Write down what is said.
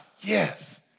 yes